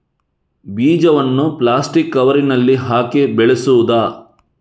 ಬೀಜವನ್ನು ಪ್ಲಾಸ್ಟಿಕ್ ಕವರಿನಲ್ಲಿ ಹಾಕಿ ಬೆಳೆಸುವುದಾ?